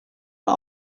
nur